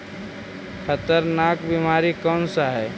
खतरनाक बीमारी कौन सा है?